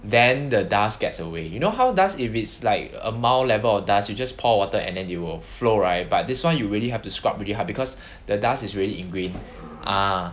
then the dust gets away you know how dust if it's like a mild level of dust you just pour water and then it will flow right but this one you really have to scrub really hard because the dust is ready ingrain